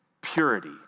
purity